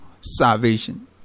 salvation